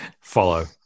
Follow